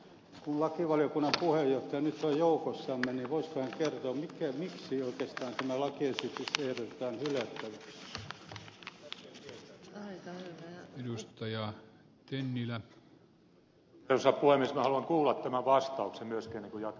kun lakivaliokunnan puheenjohtaja nyt on joukossamme voisiko hän kertoa miksi oikeastaan tämä lakiesitys ehdotetaan hylättäväksi